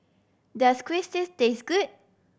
does Quesadilla taste good